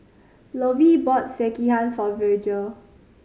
Lovie bought Sekihan for Virgel